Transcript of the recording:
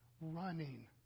running